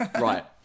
Right